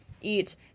eat